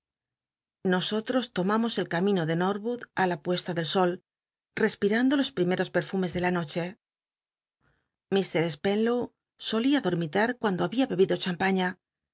palillas omamos el camino de norwood ü la nosotros l puesta del sol respirando los primcos perfumes de la noche mr spenlow solia dormitar cuando babia bebido champaña